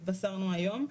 התבשרנו על זה היום,